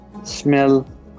Smell